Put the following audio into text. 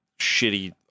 shitty